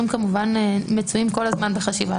הדברים כמובן מצויים כל הזמן בחשיבה.